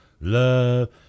love